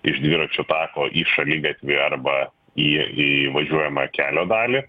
iš dviračių tako į šaligatvį arba į į važiuojamą kelio dalį